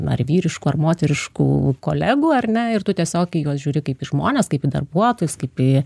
ar vyriškų ar moteriškų kolegų ar ne ir tu tiesiog į juos žiūri kaip į žmones kaip į darbuotojus kaip į